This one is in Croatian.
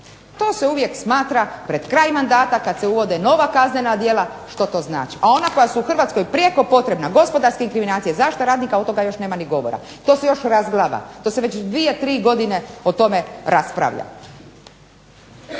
To se uvijek smatra pred kraj mandata kad se uvode nova kaznena djela što to znači, a ona koja su Hrvatskoj prijeko potrebna gospodarska inkriminacija, zaštita radnika od toga još nema ni govora. To se još razglaba. To se već dvije, tri godine o tome raspravlja.